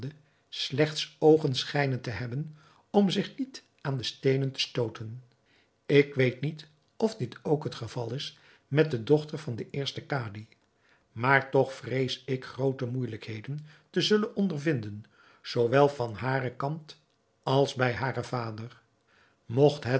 slechts oogen schijnen te hebben om zich niet aan de steenen te stooten ik weet niet of dit ook het geval is met de dochter van den eersten kadi maar toch vrees ik groote moeijelijkheden te zullen ondervinden zoowel van haren kant als bij haren vader mogt het